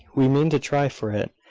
we mean to try for it,